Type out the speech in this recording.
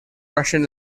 russian